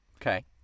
Okay